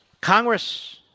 Congress